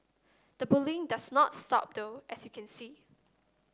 the bullying does not stop though as you can see